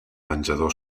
menjador